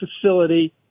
facility